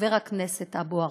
חבר הכנסת אבו עראר.